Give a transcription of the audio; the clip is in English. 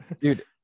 Dude